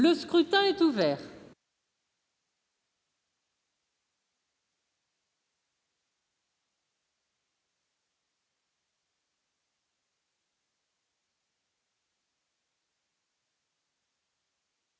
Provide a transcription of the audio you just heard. Le scrutin est ouvert.